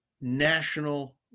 national